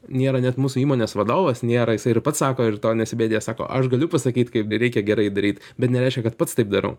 nėra net mūsų įmonės vadovas nėra jisai ir pats sako ir to nesibiedijęs sako aš galiu pasakyt kaip reikia gerai daryt bet nereiškia kad pats taip darau